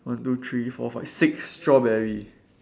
one two three four five six strawberry